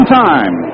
time